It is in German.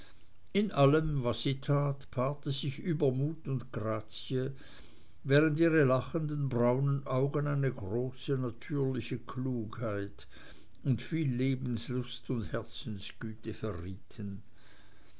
in allem was sie tat paarten sich übermut und grazie während ihre lachenden braunen augen eine große natürliche klugheit und viel lebenslust und herzensgüte verrieten